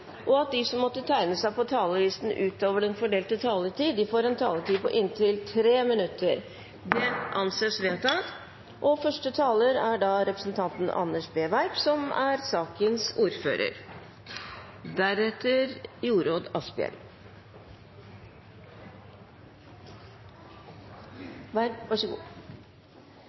og at de som måtte tegne seg på talerlisten utover den fordelte taletid, får en taletid på inntil 3 minutter. – Det anses vedtatt.